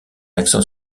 accent